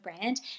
brand